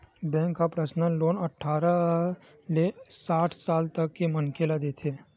bank ह personal loan अठारह ले साठ साल तक के मनखे ल देथे